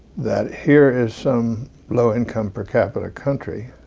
that, here is some low income per capita country